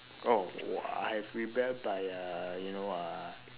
oh uh I have rebelled by uh you know uh